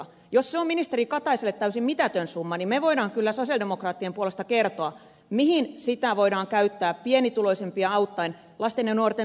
jos se on ministeri kataiselle täysin mitätön summa niin me voimme kyllä sosialidemokraattien puolesta kertoa mihin sitä voidaan käyttää pienituloisimpia auttaen lasten ja nuorten mielenterveyspalveluihin lastensuojelukysymyksiiin